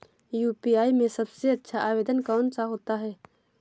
UPI में सबसे अच्छा आवेदन कौन सा होता है?